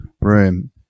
room